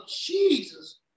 Jesus